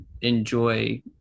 enjoy